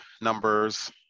numbers